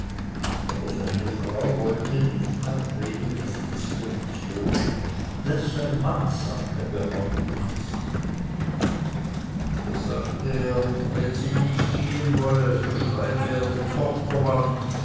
aber seine frau wollte nicht nach vrenelis instruktionen das sei mannssache behauptete sie da sagte er wenn sie nicht gehen wolle so schreibe er dem